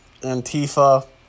Antifa